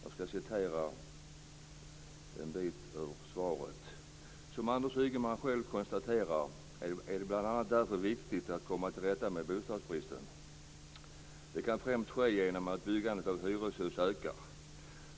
Jag skall citera en bit ur svaret: "Som Anders Ygeman själv konstaterar är det bl.a. därför viktigt att komma till rätta med bostadsbristen. Det kan främst ske genom att byggandet av hyreshus ökar.